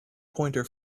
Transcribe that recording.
pointer